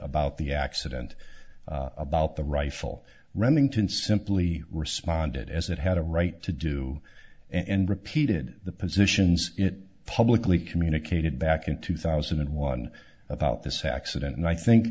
about the accident about the rifle remington simply responded as it had a right to do and repeated the positions it publicly communicated back in two thousand and one about this accident and i think